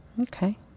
Okay